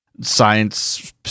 science